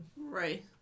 right